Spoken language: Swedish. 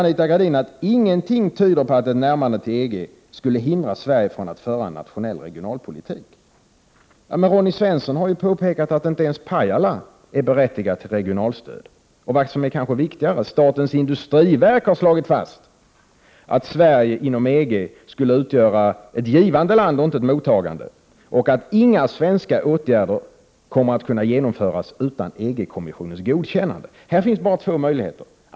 Anita Gradin säger att ingenting tyder på att ett närmande till EG skulle hindra Sverige från att föra en nationell regionalpolitik. Men Ronny Svensson har ju påpekat att inte ens Pajala är berättigat till regionalstöd. Vad som kanske är viktigare är att statens industriverk slagit fast att Sverige inom EG skulle utgöra ett givande och inte ett mottagande land och att inga svenska åtgärder kommer att kunna genomföras utan EG-kommissionens godkännande. Här finns bara två möjligheter.